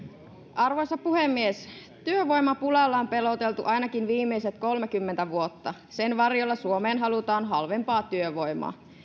arvoisa puhemies työvoimapulalla on peloteltu ainakin viimeiset kolmekymmentä vuotta sen varjolla suomeen halutaan halvempaa työvoimaa